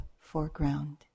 foreground